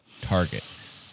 target